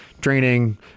training